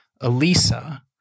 Elisa